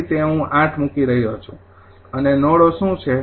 તેથી તે હું ૮ મૂકી રહ્યો છું અને તે નોડો શું છે